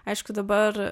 aišku dabar